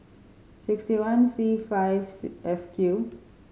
sixty one C five S Q